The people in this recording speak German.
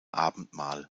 abendmahl